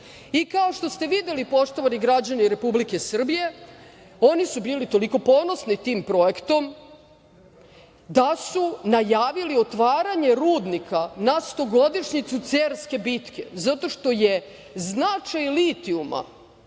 što ste videli, poštovani građani Republike Srbije, oni su bili toliko ponosni tim projektom da su najavili otvaranje rudnika na stogodišnjicu Cerske bitke, zato što je značaj litijuma